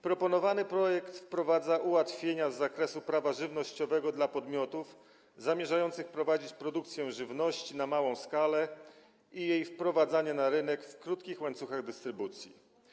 Proponowany projekt wprowadza ułatwienia z zakresu prawa żywnościowego dla podmiotów zamierzających prowadzić produkcję żywności na małą skalę i wprowadzać ją na rynek w krótkich łańcuchach dystrybucji.